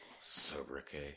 Sobriquet